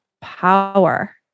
power